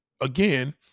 again